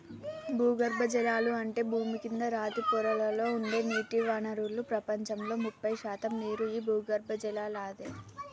భూగర్బజలాలు అంటే భూమి కింద రాతి పొరలలో ఉండే నీటి వనరులు ప్రపంచంలో ముప్పై శాతం నీరు ఈ భూగర్బజలలాదే